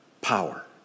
power